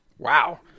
Wow